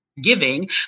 Giving